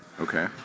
Okay